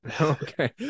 okay